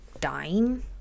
dying